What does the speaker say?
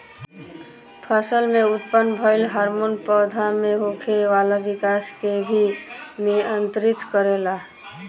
फसल में उत्पन्न भइल हार्मोन पौधा में होखे वाला विकाश के भी नियंत्रित करेला